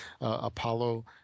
Apollo